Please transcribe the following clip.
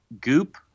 Goop